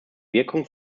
wirkung